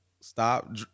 Stop